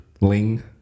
Ling